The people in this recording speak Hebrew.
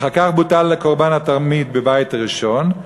אחר כך בוטל קורבן התמיד בבית ראשון.